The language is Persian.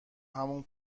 همون